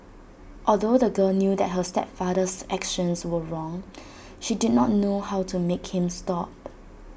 although the girl knew that her stepfather's actions were wrong she did not know how to make him stop